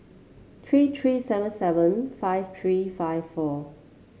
three three seven seven five three five four